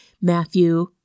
Matthew